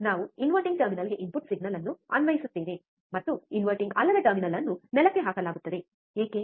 ನಾವು ಇನ್ವರ್ಟಿಂಗ್ ಟರ್ಮಿನಲ್ಗೆ input signal ಅನ್ನು ಅನ್ವಯಿಸುತ್ತೇವೆ ಮತ್ತು ಇನ್ವರ್ಟಿಂಗ್ ಅಲ್ಲದ ಟರ್ಮಿನಲ್ ಅನ್ನು ಗ್ರೌಂಡ್ ಗೆ ಹಾಕಲಾಗುತ್ತದೆ ಏಕೆ